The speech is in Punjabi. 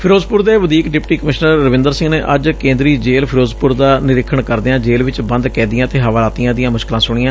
ਫ਼ਿਰੋਜ਼ਪੁਰ ਦੇ ਵਧੀਕ ਡਿਪਟੀ ਕਮਿਸ਼ਨਰ ਰਵਿੰਦਰ ਸਿੰਘ ਨੇ ਅੱਜ ਕੇਂਦਰੀ ਜੇਲ ਫ਼ਿਰੋਜ਼ਪੁਰ ਦਾ ਨਿਰੀਖਣ ਕਰਦਿਆਂ ਜੇਲ੍ ਵਿਚ ਬੰਦ ਕੈਦੀਆਂ ਅਤੇ ਹਵਾਲਾਤੀਆਂ ਦੀਆਂ ਮੁਸ਼ਕਿਲਾਂ ਸੁਣੀਆਂ